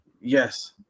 Yes